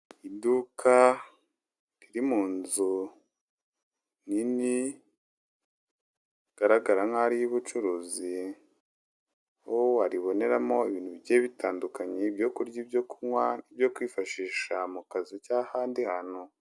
Iduka riri mu nzu nini hagaragara nk'yubucuruzi wo wariboneramo ibintu bi bye bitandukanye ibyo kurya ibyo kunywa byo kwifashisha mu kazi cyangwa n'ahandi hantu.